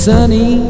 Sunny